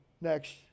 Next